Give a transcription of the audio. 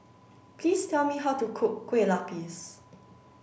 please tell me how to cook Kueh Lapis